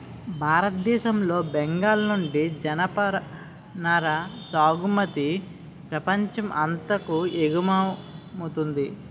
భారతదేశం లో బెంగాల్ నుండి జనపనార సాగుమతి ప్రపంచం అంతాకు ఎగువమౌతుంది